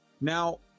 Now